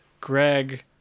Greg